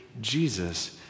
Jesus